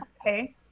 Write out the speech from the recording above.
Okay